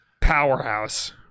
powerhouse